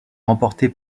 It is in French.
remportée